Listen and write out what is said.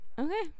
Okay